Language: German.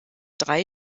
drei